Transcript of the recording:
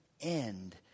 end